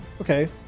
Okay